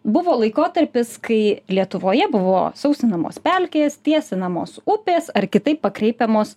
buvo laikotarpis kai lietuvoje buvo sausinamos pelkės tiesinamos upės ar kitaip pakreipiamos